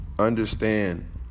Understand